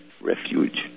Refuge